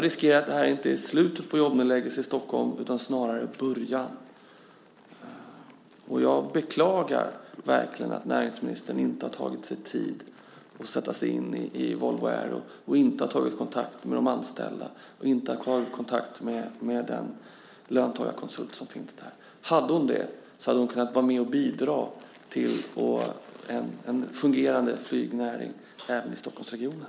Risken finns att det här inte är slutet utan snarare början på jobbnedläggelser i Stockholm. Jag beklagar verkligen att näringsministern inte har tagit sig tid till att sätta sig in i Volvo Aero och att hon inte har tagit kontakt med de anställda eller med den löntagarkonsult som finns där. Hade hon det skulle hon ha kunnat vara med och bidra till en fungerande flygnäring även i Stockholmsregionen.